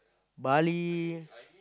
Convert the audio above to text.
Bali